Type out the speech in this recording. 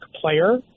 player